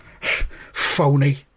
Phony